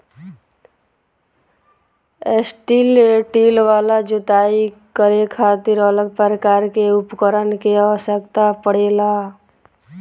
strip till वाला जोताई करे खातिर अलग प्रकार के उपकरण के आवस्यकता पड़ेला